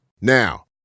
Now